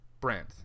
Brent